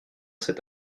cet